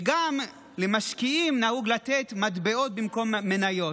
וגם למשקיעים נהוג לתת מטבעות במקום מניות.